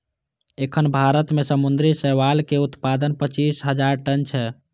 एखन भारत मे समुद्री शैवालक उत्पादन पच्चीस हजार टन छै